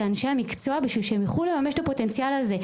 אנשי המקצוע בשביל שהם יוכלו לממש את הפוטנציאל הזה,